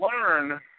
learn